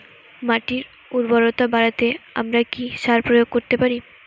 মাটির উর্বরতা বাড়াতে আমরা কি সার প্রয়োগ করতে পারি?